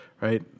right